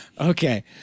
Okay